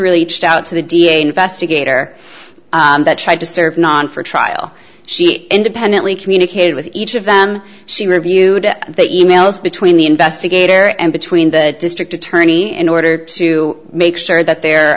really touched out to the d a investigator that tried to serve non for trial she independently communicated with each of them she reviewed the e mails between the investigator and between the district attorney in order to make sure that the